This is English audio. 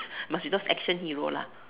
must be those action hero lah